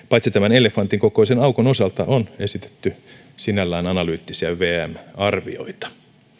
paitsi tämän elefantin kokoisen aukon osalta on esitetty sinällään analyyttisiä vmn arvioita